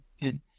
good